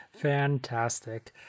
Fantastic